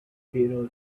beetle